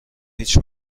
هیچ